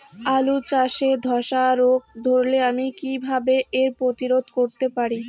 আলু চাষে ধসা রোগ ধরলে আমি কীভাবে এর প্রতিরোধ করতে পারি?